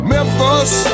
Memphis